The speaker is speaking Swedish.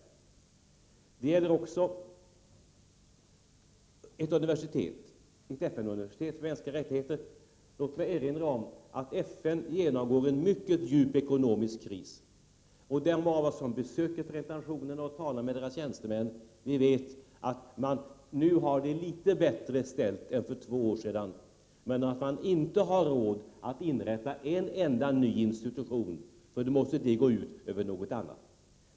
Detta gäller också ett FN-universitet för mänskliga rättigheter. Låt mig erinra om att FN genomgår en mycket djup ekonomisk kris. De av oss som besöker Förenta nationerna och talar med deras tjänstemän vet att man nu har det litet bättre ställt än för två år sedan, men att man inte har råd att inrätta en enda ny institution, för då måste det gå ut över något annat.